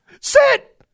Sit